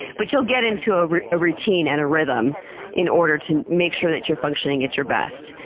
but you'll get into ah a routine and a rhythm in order to make sure that you're functioning at your best.